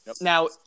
Now